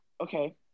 Okay